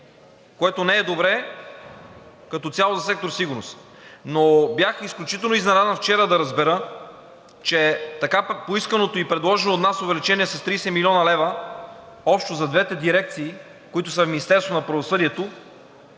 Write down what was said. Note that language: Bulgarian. което не е добре като цяло за сектор „Сигурност“. Но бях изключително изненадан вчера да разбера, че така пък поисканото и предложено от нас увеличение с 30 млн. лв. общо за двете дирекции, които са към Министерството на правосъдието